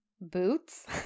boots